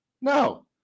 No